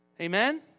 Amen